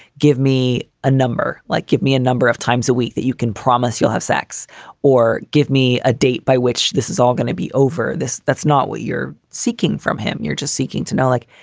give me a number, like give me a number of times a week that you can promise you'll have sex or give me a date by which this is all gonna be over this. that's not what you're seeking from him. you're just seeking to know like,